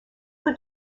peu